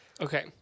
Okay